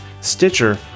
Stitcher